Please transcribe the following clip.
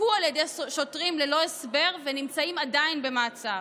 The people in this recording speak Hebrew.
רותקו על ידי שוטרים ללא הסבר ונמצאים עדיין במעצר.